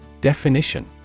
Definition